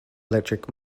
electric